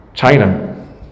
China